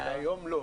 היום לא.